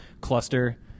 cluster